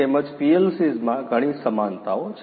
તેમજ PLCs માં ઘણી સમાનતાઓ છે